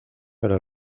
para